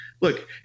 look